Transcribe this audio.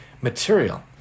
material